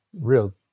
real